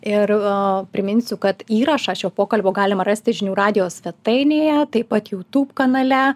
ir priminsiu kad įrašą šio pokalbio galima rasti žinių radijo svetainėje taip pat jutub kanale